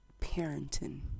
parenting